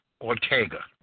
Ortega